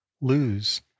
lose